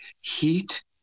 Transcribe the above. Heat